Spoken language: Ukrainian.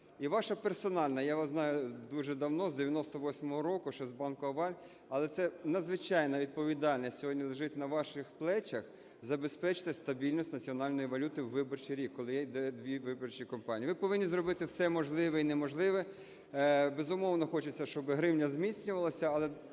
І ваша персональна, я вас знаю дуже давно, з 98-го року, ще з банку "Аваль". Але це надзвичайна відповідальність сьогодні лежить на ваших плечах – забезпечте стабільність національної валюти у виборчий рік, коли йде дві виборчі кампанії. Ви повинні зробити все можливе і неможливе. Безумовно, хочеться, щоб гривня зміцнювалася, але,